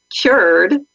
cured